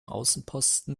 außenposten